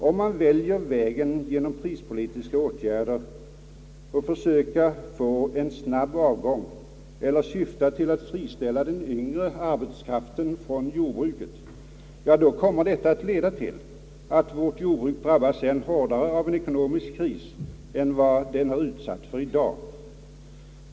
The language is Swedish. Om man väljer vägen att genom prispolitiska åtgärder försöka få en snabbare avgång eller syftar till att friställa den yngre arbetskraften från jordbruket, så kommer detta att leda till att vårt jordbruk drabbas än hårdare av en ekonomisk kris än vad det är utsatt för i dag.